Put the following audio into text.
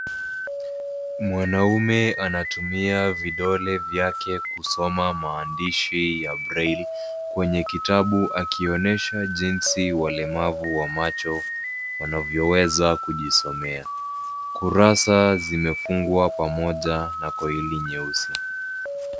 Mwanmume anatumia vidole vyake kusoma maandishi ya breili kwenye kitabu akionyesha jinsi walemavu wa macho wanavyoweza kujisomea. Kurasa zimefungwa pamoja na koili nyeusi.